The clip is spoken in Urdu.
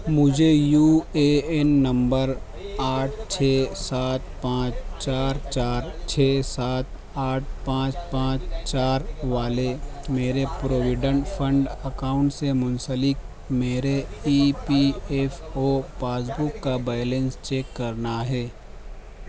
مجھے یو اے این نمبر آٹھ چھ سات پانچ چار چار چھ سات آٹھ پانچ پانچ چار والے میرے پروویڈنٹ فنڈ اکاؤنٹ سے منسلک میرے E P F O pass book کا بیلنس چیک کرنا ہے